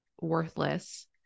worthless